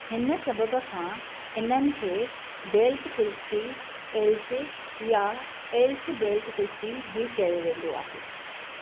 हिन सबबु खां इन्हनि खे बेल्ट कुश्ती एलिश या एलिश बेल्ट कुश्ती बि चयो वेंदो आहे